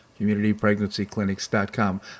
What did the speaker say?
communitypregnancyclinics.com